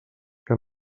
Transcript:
que